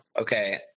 okay